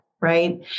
Right